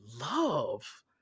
love